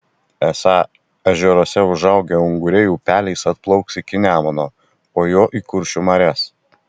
esą ežeruose užaugę unguriai upeliais atplauks iki nemuno o juo į kuršių marias